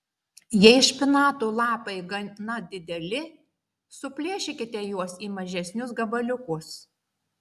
jei špinatų lapai gana dideli suplėšykite juos į mažesnius gabaliukus